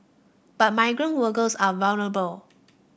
but migrant workers are vulnerable